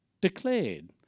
declared